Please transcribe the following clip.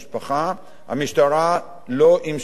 המשטרה לא המשיכה בחקירה.